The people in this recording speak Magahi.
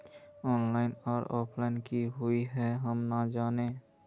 ऑनलाइन आर ऑफलाइन की हुई है हम ना जाने?